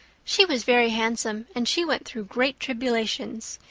she was very handsome and she went through great tribulations.